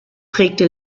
prägte